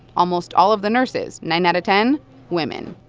almost all of the nurses, nine out of ten women.